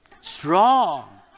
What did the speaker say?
Strong